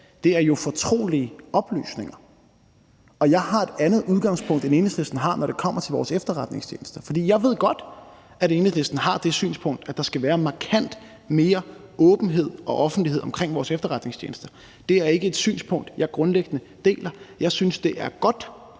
Det er jo fortrolige oplysninger. Og jeg har et andet udgangspunkt, end Enhedslisten har, når det kommer til vores efterretningstjenester, for jeg ved godt, at Enhedslisten har det synspunkt, at der skal være markant mere åbenhed og offentlighed omkring vores efterretningstjenester. Det er ikke et synspunkt, jeg grundlæggende deler. Jeg synes, det er godt,